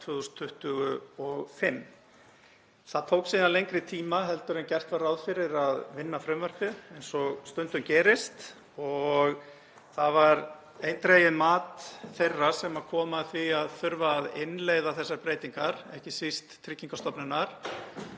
2025. Það tók síðan lengri tíma heldur en gert var ráð fyrir að vinna frumvarpið eins og stundum gerist og það var eindregið mat þeirra sem koma að því að þurfa að innleiða þessar breytingar, ekki síst Tryggingastofnunar,